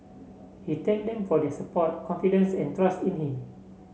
he thanked them for their support confidence and trust in him